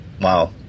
Wow